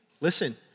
Listen